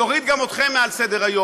נוריד גם אתכם מעל סדר-היום.